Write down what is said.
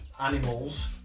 animals